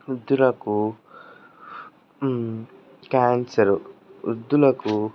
వృద్ధులకు క్యాన్సరు వృద్ధులకు